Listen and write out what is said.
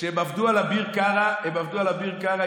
כשהם עבדו על אביר קארה, הם עבדו על אביר קארה.